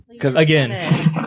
Again